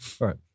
Right